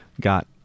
got